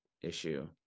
issue